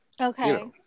okay